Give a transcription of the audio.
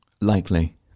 likely